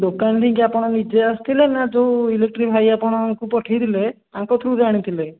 ଦୋକାନ ଠେଇଁକି ଆପଣ ନିଜେ ଆସିଥିଲେ ନା ଯେଉଁ ଇଲେକ୍ଟ୍ରି ଭାଇ ଆପଣଙ୍କୁ ପଠାଇ ଥିଲେ ତାଙ୍କ ଥ୍ରୁରେ ଆଣିଥିଲେ